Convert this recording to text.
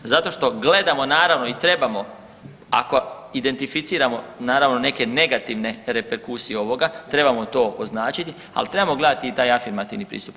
Zato što gledamo naravno i trebamo, ako identificiramo naravno neke negativne reperkusije ovoga trebamo to označiti, al trebamo gledati i taj afirmativni pristup.